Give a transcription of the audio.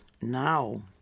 now